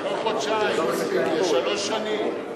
זה לא חודשיים, זה שלוש שנים.